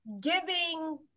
giving